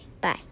bye